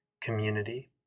community